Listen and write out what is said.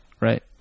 Right